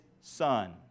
son